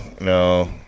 no